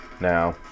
Now